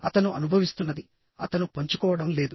అతను అనుభవిస్తున్నది అతను పంచుకోవడం లేదు